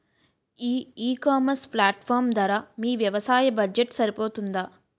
ఈ ecommerce platform ధర మీ వ్యవసాయ బడ్జెట్ సరిపోతుందా?